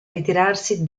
ritirarsi